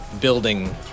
building